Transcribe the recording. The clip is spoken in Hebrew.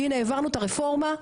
הינה העברנו את הרפורמה,